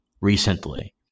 recently